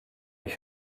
ich